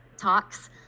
Talks